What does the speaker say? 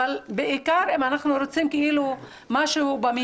אבל בעיקר אם אנחנו רוצים משהו באופן